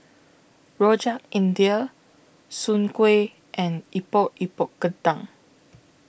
Rojak India Soon Kway and Epok Epok Kentang